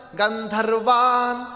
Gandharvan